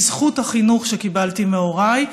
בזכות החינוך שקיבלתי מהוריי.